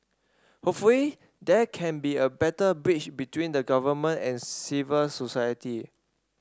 hopefully there can be a better bridge between the government and civil society